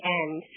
end